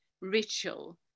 ritual